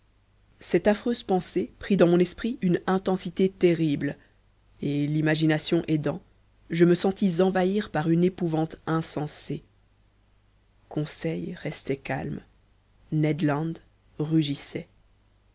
cette affreuse pensée prit dans mon esprit une intensité terrible et l'imagination aidant je me sentis envahir par une épouvante insensée conseil restait calme ned land rugissait